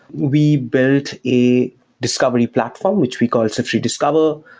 we built a discovery platform, which we call siftery discover.